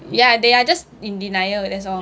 yeah ya they are just in denial that's all